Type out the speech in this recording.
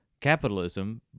capitalism